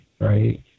right